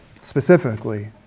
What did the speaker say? specifically